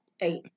Eight